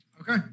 Okay